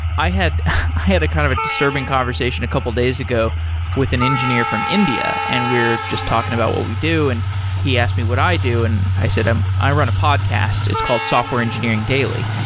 i had had a kind of a disturbing conversation a couple days ago with an engineer from india, and we're just talking about what we do and he asked me what i do, and i said um i run a podcast. it's called software engineering daily.